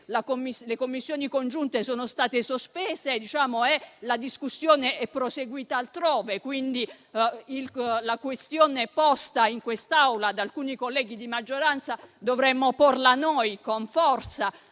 le Commissioni riunite sono state sospese e la discussione è proseguita altrove. Quindi la questione posta in quest'Aula da alcuni colleghi di maggioranza dovremmo porla noi con forza